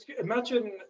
imagine